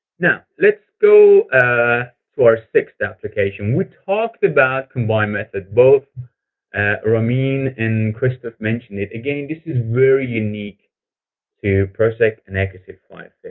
now, let's go ah to our sixth application. we talked about combined method. both ramine and christoph mentioned this. again, this is very unique to proceq and equotip five